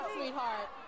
sweetheart